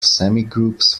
semigroups